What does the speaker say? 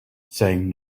saying